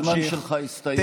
הזמן שלך הסתיים,